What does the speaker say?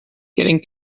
getting